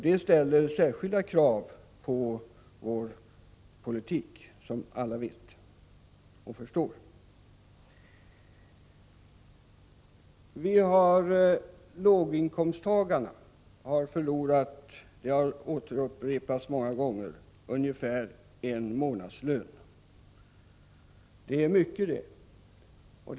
Det ställer särskilda krav på vår politik, som alla vet och förstår. Låginkomsttagarna har förlorat, som upprepats här många gånger, ungefär en månadslön på ett år. Det är mycket pengar för den enskilde.